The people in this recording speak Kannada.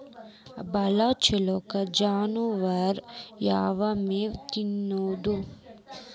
ಭಾಳ ಛಲೋ ಜಾನುವಾರಕ್ ಯಾವ್ ಮೇವ್ ತಿನ್ನಸೋದು?